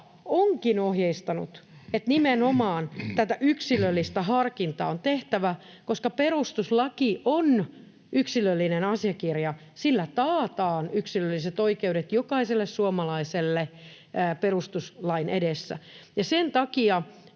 onkin ohjeistanut, että nimenomaan tätä yksilöllistä harkintaa on tehtävä, koska perustuslaki on yksilöllinen asiakirja. Sillä taataan yksilölliset oikeudet jokaiselle suomalaiselle perustuslain edessä. Sen takia